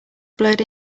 blurred